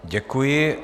Děkuji.